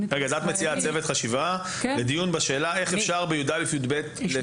מציעה צוות חשיבה לדיון בשאלה של איך אפשר בי"א-י"ב --- עמית,